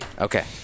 Okay